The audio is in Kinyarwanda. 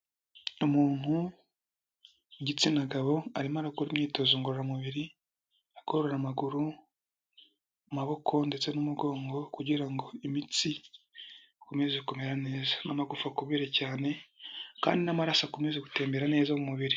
Umuntu w'igitsina gabo arimo arakora imyitozo ngororamubiri, agorora amaguru, amaboko ndetse n'umugongo kugira ngo imitsi ikomeze kumera neza n'amagufa akomere cyane kandi n'amaraso akomeza gutembera neza mu mubiri.